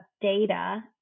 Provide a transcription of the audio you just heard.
Data